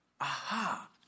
aha